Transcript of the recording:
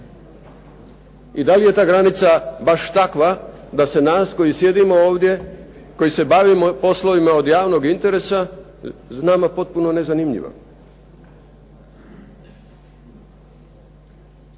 I da li je ta granica baš takva da se nas koji sjedimo ovdje, koji se bavimo poslovima od javnog interesa, nama potpuno nezanimljiva.